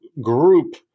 group